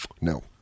No